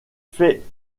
fait